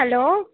hello